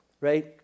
right